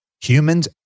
humans